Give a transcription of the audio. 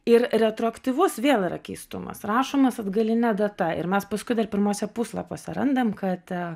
ir retroaktyvus vėl yra keistumas rašomas atgaline data ir mes paskui dar pirmuose puslapiuose randam kad